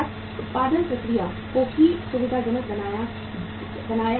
उत्पादन प्रक्रिया को भी सुविधाजनक बनाया गया है